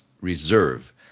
Reserve